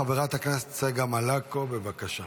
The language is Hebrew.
חברת הכנסת צגה מלקו, בבקשה.